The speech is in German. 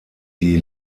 die